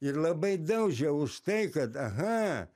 ir labai daužė už tai kad aha